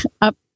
up